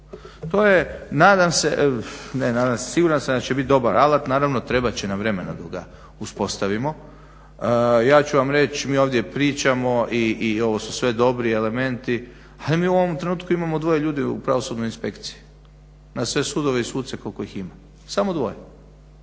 se, siguran sam da će biti dobar alat, naravno trebat će nam vremena dok ga uspostavimo. Ja ću vam reć, mi ovdje pričamo i ovo su sve dobri elementi, ali mi u ovom trenutku imamo dvoje ljudi u pravosudnoj inspekciji, na sve sudove i suce koliko ih ima, samo dvoje.